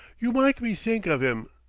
you myke me think of im.